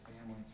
family